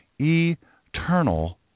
eternal